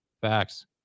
Facts